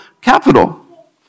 capital